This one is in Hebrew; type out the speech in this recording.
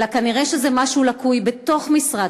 אלא כנראה זה משהו לקוי בתוך משרד